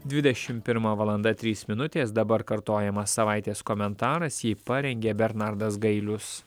dvidešimt pirma valanda trys minutės dabar kartojamas savaitės komentaras jį parengė bernardas gailius